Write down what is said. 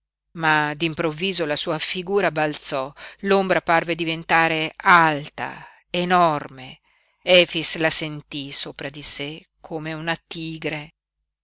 ma d'improvviso la sua figura balzò l'ombra parve diventare alta enorme efix la sentí sopra di sé come una tigre